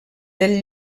del